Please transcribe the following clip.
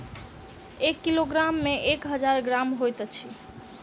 एक किलोग्राम मे एक हजार ग्राम होइत अछि